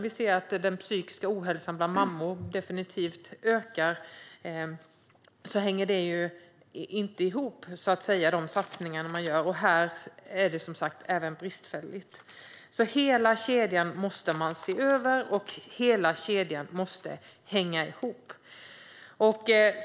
Vi ser att den psykiska ohälsan bland mammor ökar, men de satsningar man gör hänger inte ihop med eftervården. Hela kedjan måste ses över och hänga ihop, men även här finns det alltså brister.